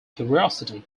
curiosity